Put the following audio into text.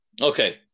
Okay